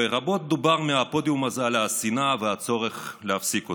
רבות דובר מהפודיום הזה על השנאה והצורך להפסיק אותה,